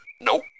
Nope